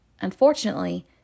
Unfortunately